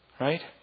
Right